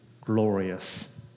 glorious